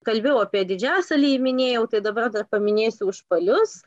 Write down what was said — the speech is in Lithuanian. kalbėjau apie didžiasalį ir minėjau tai dabar dar paminėsiu užpalius